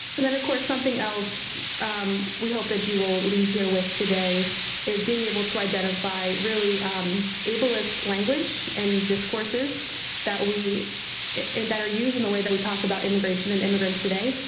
and then of course something else we hope that you will leave here with today is being able to identify really ableist language and discourses that we that are use in the way that we talk about immigration and immigrants today.